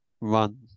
run